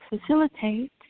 facilitate